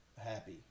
happy